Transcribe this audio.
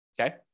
Okay